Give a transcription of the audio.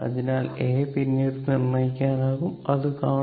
അതിനാൽ A പിന്നീട് നിർണ്ണയിക്കാനാകും അത് കാണും